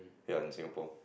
ya in Singapore